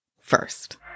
first